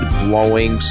blowing